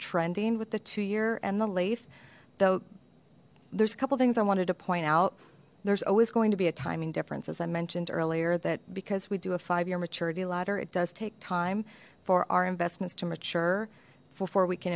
trending with the two year and the lathe though there's a couple things i wanted to point out there's always going to be a timing difference as i mentioned earlier that because we do a five year maturity ladder it does take time for our investments to mature before we can